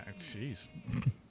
Jeez